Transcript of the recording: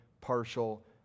partial